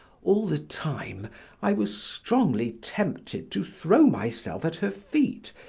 all the time i was strongly tempted to throw myself at her feet,